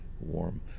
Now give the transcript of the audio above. warm